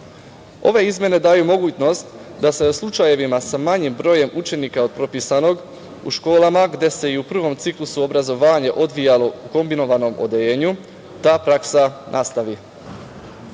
Ove izmene daju mogućnost da se u slučajevima sa manjim brojem učenika od propisanog u školama gde se i u prvom ciklusu obrazovanja odvijala u kombinovanom odeljenju ta praksa nastavi.